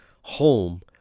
home